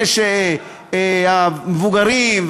אלה המבוגרים,